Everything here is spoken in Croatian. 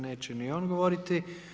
Neće ni on govoriti.